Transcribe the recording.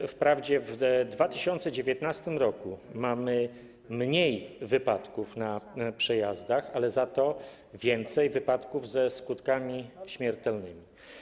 I wprawdzie w 2019 r. było mniej wypadków na przejazdach, ale za to - więcej wypadków ze skutkami śmiertelnymi.